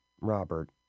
Robert